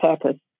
purpose